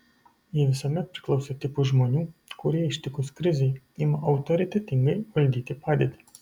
ji visuomet priklausė tipui žmonių kurie ištikus krizei ima autoritetingai valdyti padėtį